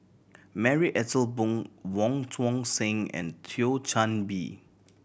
Marie Ethel Bong Wong Tuang Seng and Thio Chan Bee